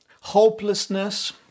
hopelessness